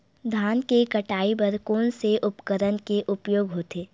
धान के कटाई बर कोन से उपकरण के उपयोग होथे?